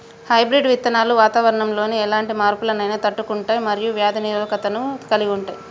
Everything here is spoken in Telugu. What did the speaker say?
హైబ్రిడ్ విత్తనాలు వాతావరణంలోని ఎలాంటి మార్పులనైనా తట్టుకుంటయ్ మరియు వ్యాధి నిరోధకతను కలిగుంటయ్